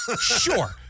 Sure